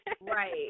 Right